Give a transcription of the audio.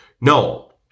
No